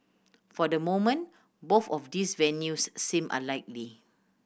for the moment both of those venues seem unlikely